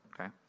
okay